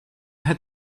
had